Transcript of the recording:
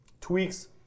tweaks